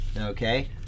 Okay